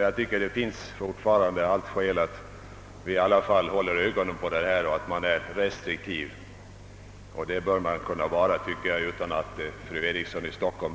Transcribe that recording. Jag tycker emellertid att det fortfarande finns alla skäl att hålla ögonen på detta och vara restriktiv. Det bör man kunna vara utan att fru Eriksson i Stockholm